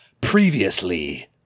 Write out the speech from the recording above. Previously